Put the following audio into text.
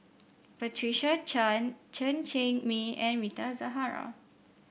Patricia Chan Chen Cheng Mei and Rita Zahara